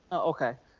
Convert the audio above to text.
okay,